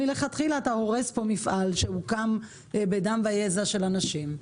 מלכתחילה אתה הורס פה מפעל שהוקם בדם ויזע של אנשים.